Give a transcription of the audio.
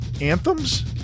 anthems